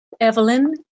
Evelyn